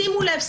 שימו לב,